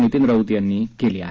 नितीन राऊत यांनी केली आहे